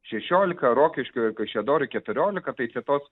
šešiolika rokiškio ir kaišiadorių keturiolika tai čia tos